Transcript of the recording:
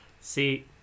See